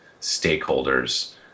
stakeholders